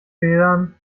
federn